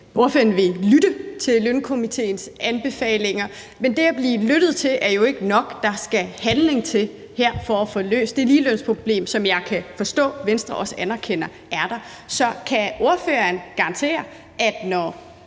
ordføreren vil lytte til lønstrukturkomitéens anbefalinger. Men det at blive lyttet til er jo ikke nok, for der skal handling til her for at få løst det ligelønsproblem, som jeg kan forstå Venstre også anerkender er der. Så kan ordføreren garantere, at når